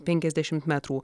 penkiasdešimt metrų